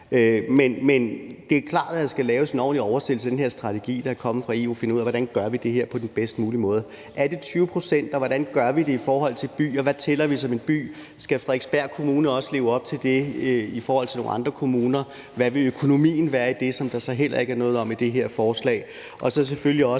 Men det er klart, at der skal laves en ordentlig oversættelse af den her strategi, der er kommet fra EU, så vi kan finde ud af, hvordan vi gør det her på den bedst mulige måde. Er det 20 pct. natur, vi taler om, hvordan gør vi det i forhold til en by, og hvad tæller vi som en by? Skal Frederiksberg Kommune også leve op til det i forhold til nogle andre kommuner? Hvad vil økonomien være i det – et område, der så heller ikke står noget om i det her forslag?